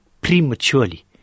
prematurely